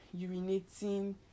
urinating